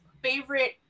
favorite